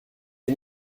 est